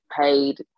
paid